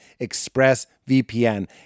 ExpressVPN